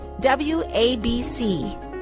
WABC